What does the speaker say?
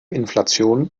inflation